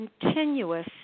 continuous